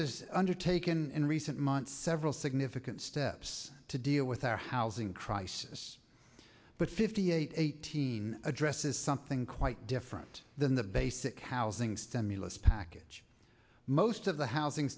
has undertaken in recent months several significant steps to deal with our housing crisis but fifty eight eighteen addresses something quite different than the basic housing stimulus package most of the housing